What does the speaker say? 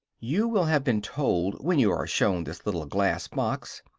you will have been told, when you are shown this little glass box,